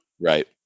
Right